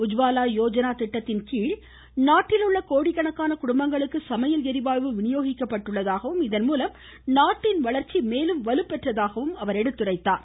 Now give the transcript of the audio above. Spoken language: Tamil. உஜ்வாலா யோஜானா திட்டத்தின்கீழ் நாட்டில் உள்ள கோடிக்கணக்கான குடும்பங்களுக்கு சமையல் ளிவாயு வினியோகிக்கப்பட்டதாகவும் இதன் மூலம் நாட்டின் வளர்ச்சி மேலும் வலுப்பெற்றதாகவும் குறிப்பிட்டார்